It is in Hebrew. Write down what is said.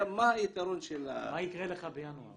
מה יקרה לך בינואר?